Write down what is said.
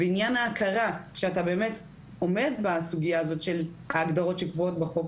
לעניין ההכרה שאתה באמת עוסק בסוגיה הזאת של ההגדרות שקבועות בחוק,